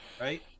right